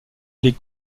les